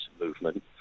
Movement